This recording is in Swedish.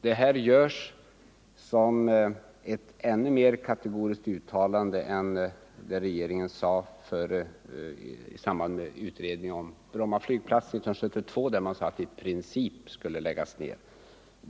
Det är ännu mer kategoriskt än det uttalande som regeringen gjorde i samband med utredningen om Bromma flygplats 1972, där man sade att den i princip skulle läggas ned.